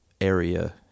area